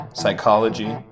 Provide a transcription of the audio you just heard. psychology